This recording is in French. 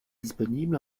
disponibles